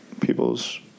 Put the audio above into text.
people's